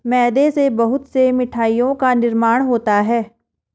मैदा से बहुत से मिठाइयों का निर्माण होता है